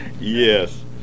Yes